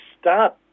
start